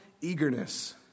eagerness